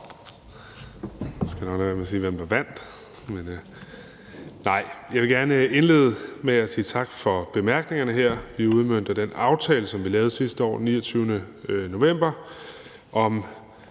Jeg vil gerne indlede med at sige tak for bemærkningerne. Vi udmønter den aftale, som vi lavede sidste år den 29. november, om